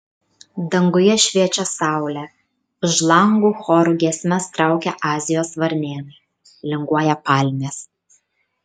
danguje šviečia saulė už lango choru giesmes traukia azijos varnėnai linguoja palmės